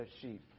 sheep